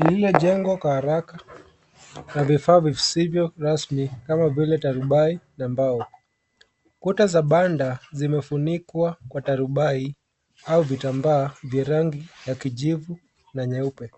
Lililo jengo kwa haraka, na vifaa visivyo rasmi, kama vile tarubai na mbao. Quota za banda zimefunikwa kwa tarubai, au vitambaa vya rangi ya kijivu na nyeupe.